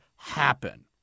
happen